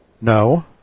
No